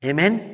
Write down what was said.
Amen